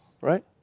right